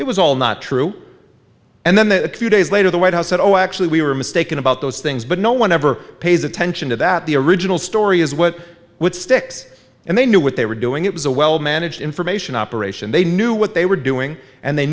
it was all not true and then the few days later the white house said oh actually we were mistaken about those things but no one ever pays attention to that the original story is what with sticks and they knew what they were doing it was a well managed information operation they knew what they were doing and they